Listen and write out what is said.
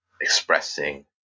expressing